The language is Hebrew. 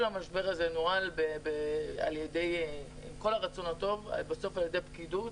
כל המשבר הזה נוהל עם כל הרצון הטוב על ידי פקידות,